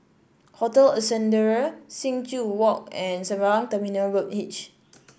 Hotel Ascendere Sing Joo Walk and Sembawang Terminal Road H